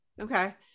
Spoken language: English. Okay